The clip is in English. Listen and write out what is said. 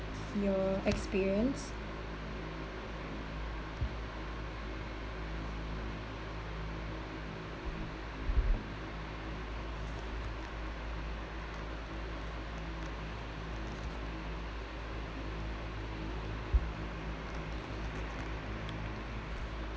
your experience